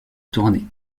tournée